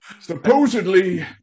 Supposedly